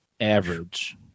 average